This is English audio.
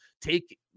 take